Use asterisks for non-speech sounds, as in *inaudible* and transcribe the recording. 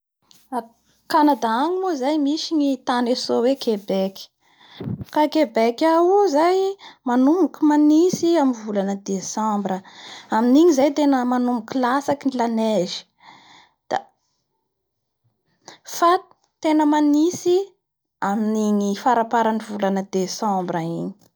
Ny a Kanada agny moa zany misy ny toera antsoa hoe Quebec *noise* Ka i Quebec ao io zany manombony manitsy amin'ny volana. Desambra amin'igny zay tena manomboky latsaky ny la neige da fa tena manintsy amin'nigny frafaran'ny volana Desambra igny. Fe tena manitsy avao koa ny a Kanada agny amin'ny volana volana fevrier igny moins dix neuf virgule neuf cerissiuce izay no temperature iainan'olo egny.